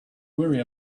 worry